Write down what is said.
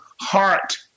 heart